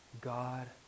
God